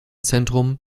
zentrum